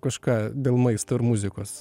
kažką dėl maisto ir muzikos